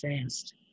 fast